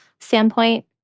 standpoint